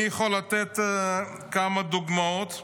אני יכול לתת כמה דוגמאות,